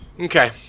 okay